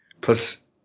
Plus